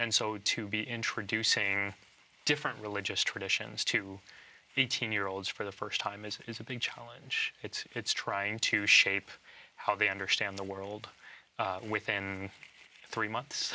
and so to be introducing different religious traditions to eighteen year olds for the st time is simply a challenge it's it's trying to shape how they understand the world within three months